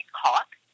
caught